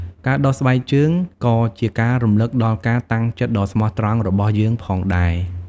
ការដោះស្បែកជើងក៏ជាការរំឭកដល់ការតាំងចិត្តដ៏ស្មោះត្រង់របស់យើងផងដែរ។